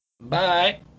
Bye